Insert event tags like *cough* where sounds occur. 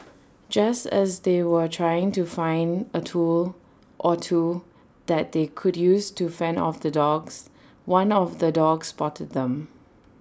*noise* just as they were trying to find A tool or two that they could use to fend off the dogs one of the dogs spotted them